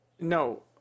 No